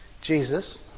Jesus